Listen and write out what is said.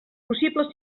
possibles